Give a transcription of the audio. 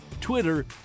Twitter